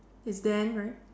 it's ben right